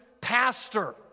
pastor